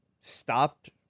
stopped